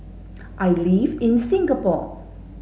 I live in Singapore